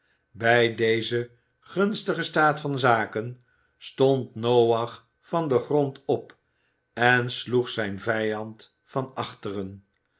bij dezen gunstigen staat van zaken stond noach van den grond op en sloeg zijn vijand van achteren